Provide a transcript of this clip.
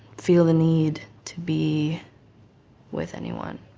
feel the need to be with anyone.